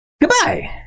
Goodbye